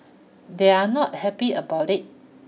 they're not happy about it